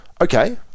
okay